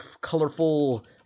colorful